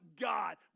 God